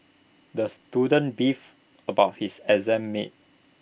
the student beefed about his exam mates